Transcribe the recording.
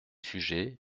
sujets